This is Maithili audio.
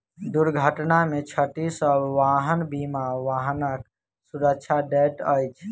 दुर्घटना में क्षति सॅ वाहन बीमा वाहनक सुरक्षा दैत अछि